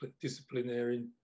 disciplinary